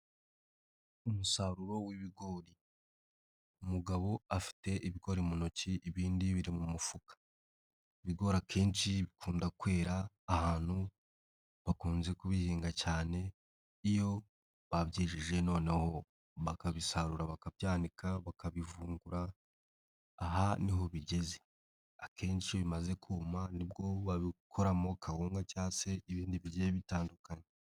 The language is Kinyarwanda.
Umusaruro w'ibigori, umugabo afite ibigori mu ntoki ibindi biri mu mufuka, ibigori akenshi bikunda kwera ahantu bakunze kubihinga cyane, iyo babyejeje noneho bakabisarura bakabyanika, bakabivungura, aha ni ho bigeze, akenshi bimaze kuma ni bwo babikoramo kawunga cyangwa se ibindi bigiye bitandukanye.